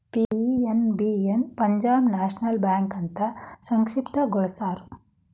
PNB ನ Punjab National Bank ಅಂತ ಸಂಕ್ಷಿಪ್ತ ಗೊಳಸ್ಯಾರ